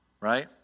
right